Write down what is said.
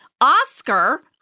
Oscar